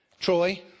Troy